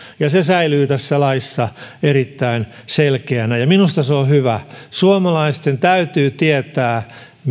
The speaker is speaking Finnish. käytetty se säilyy tässä laissa erittäin selkeänä ja minusta se on hyvä suomalaisten täytyy tietää